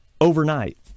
overnight